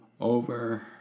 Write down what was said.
Over